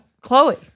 Chloe